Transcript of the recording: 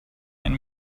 and